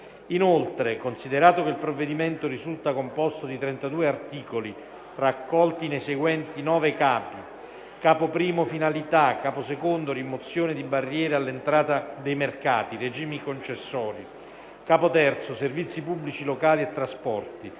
Inoltre, considerato che il provvedimento risulta composto di 32 articoli raccolti nei seguenti 9 capi (Capo I finalit;, Capo II rimozione di barriere all'entrata dei mercati, regimi concessori; Capo III servizi pubblici locali e trasporti;